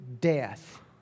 death